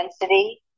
density